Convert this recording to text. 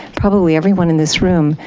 probably everyone in this room,